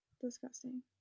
Disgusting